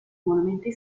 monumenti